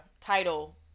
title